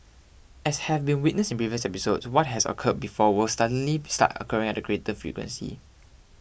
as have been witnessed in previous episodes what has occurred before will suddenly start occurring at a greater frequency